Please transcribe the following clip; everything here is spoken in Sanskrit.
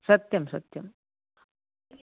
सत्यं सत्यम्